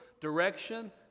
direction